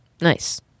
Nice